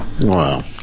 Wow